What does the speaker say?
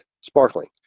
sparkling